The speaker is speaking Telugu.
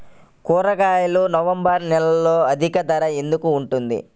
కూరగాయలు నవంబర్ నెలలో అధిక ధర ఎందుకు ఉంటుంది?